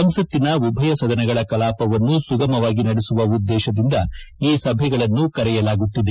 ಸಂಸತ್ತಿನ ಉಭಯ ಸದನಗಳ ಕಲಾಪವನ್ನು ಸುಗಮವಾಗಿ ನಡೆಸುವ ಉದ್ದೇಶದಿಂದ ಈ ಸಭೆಗಳನ್ನು ಕರೆಯಲಾಗುತ್ತಿದೆ